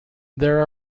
there